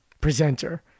presenter